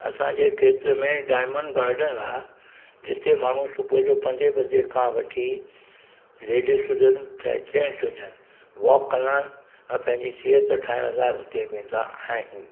असांजे खेत्र में डायमंड गार्डन आहे जिते माण्हू सुबुह जो पंजे बजे खां वठी लेडीस हुजनि या जेंट्स हुजनि वॉक कंदा आहिनि ऐं पैजी सिहत ठाहिण लाइ उते वेंदा आहिनि